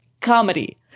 comedy